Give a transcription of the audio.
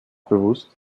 bewusst